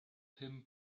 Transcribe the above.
him